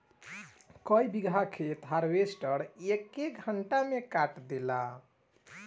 कई बिगहा खेत हार्वेस्टर एके घंटा में काट देला